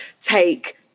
take